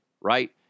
right